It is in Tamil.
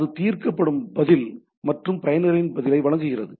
அது தீர்க்கப்படும் பதில் மற்றும் பயனரின் பதிலை வழங்குகிறது